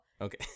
okay